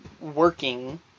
working